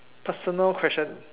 personal question